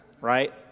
right